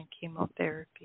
chemotherapy